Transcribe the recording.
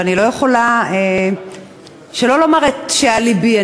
אבל אני לא יכולה שלא לומר את שעל לבי.